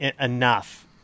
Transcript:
enough